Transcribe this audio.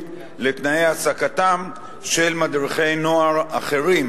לשינוי תנאי העסקתם של מדריכי נוער אחרים,